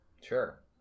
Sure